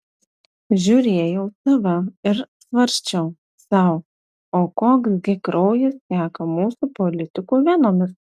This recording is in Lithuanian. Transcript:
žiūrėjau tv ir svarsčiau sau o koks gi kraujas teka mūsų politikų venomis